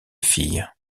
filles